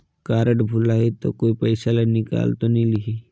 Card भुलाही ता कोई पईसा ला निकाल तो नि लेही?